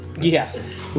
Yes